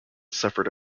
suffered